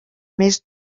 més